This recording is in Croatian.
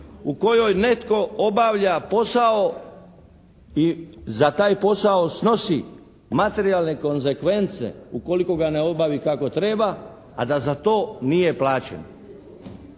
u kojoj netko obavlja posao i za taj posao snosi materijalne konzekvence ukoliko ga ne obavi kako treba a da za to nije plaćen.